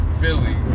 Philly